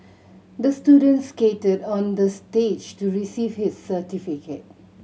the student skated on the stage to receive his certificate